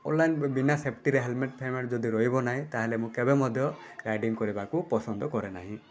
online ବିନା ସେଫ୍ଟିରେ helmet ଫେଲମେଟ ଯଦି ରହିବ ନାହିଁ ତାହେଲେ ମୁଁ କେବେ ମଧ୍ୟ ରାଇଡ଼ିଙ୍ଗ୍ କରିବାକୁ ପସନ୍ଦ କରେ ନାହିଁ